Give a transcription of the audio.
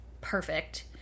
perfect